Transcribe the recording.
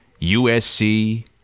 USC